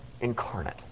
incarnate